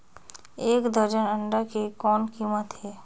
एक दर्जन अंडा के कौन कीमत हे?